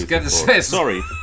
sorry